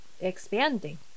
expanding